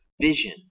vision